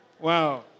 Wow